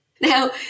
Now